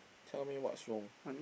tell me what's wrong